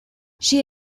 she